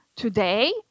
Today